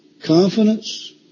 confidence